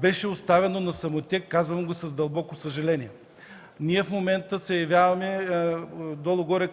беше оставено на самотек. Казвам го с дълбоко съжаление. В момента ние се явяваме долу-горе